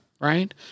right